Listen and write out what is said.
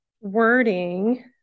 wording